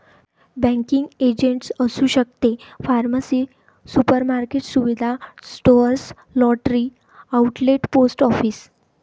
banking agent असू शकते pharmacy supermarket सुविधा store lottery outlet post office